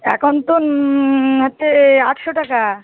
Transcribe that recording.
এখন তো হচ্ছে আটশো টাকা